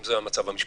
אם זה המצב המשפטי,